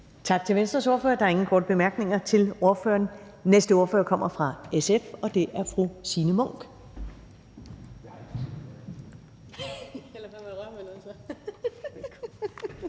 Tak til SF's ordfører. Der er ingen korte bemærkninger til ordføreren. Næste ordfører kommer fra Radikale Venstre, og det